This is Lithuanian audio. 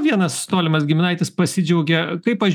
vienas tolimas giminaitis pasidžiaugė kaip aš